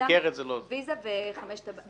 ויזה והבנקים.